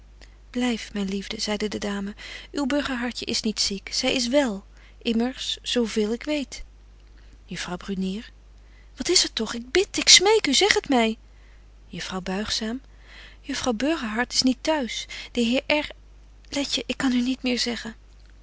blyf myn liefde zeide de dame uw burgerhartje is niet ziek zy is wél immers zo veel ik weet juffrouw brunier wat is er toch ik bid ik smeek u zeg het my juffrouw buigzaam juffrouw burgerhart is niet t'huis de heer r letje ik kan u niet meer zeggen